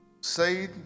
say